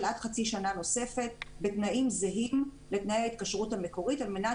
עד חצי שנה נוספת בתנאים זהים לתנאי ההתקשרות המקורית על מנת